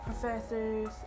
professors